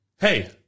hey